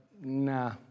nah